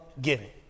giving